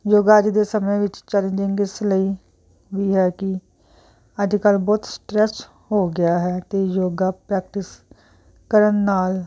ਯੋਗਾ ਅੱਜ ਦੇ ਸਮੇਂ ਵਿੱਚ ਚੈਲੇਂਜਿੰਗ ਇਸ ਲਈ ਵੀ ਹੈ ਕਿ ਅੱਜ ਕੱਲ੍ਹ ਬਹੁਤ ਸਟਰੈਸ ਹੋ ਗਿਆ ਹੈ ਅਤੇ ਯੋਗਾ ਪ੍ਰੈਕਟਿਸ ਕਰਨ ਨਾਲ